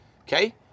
okay